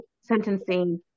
sentencing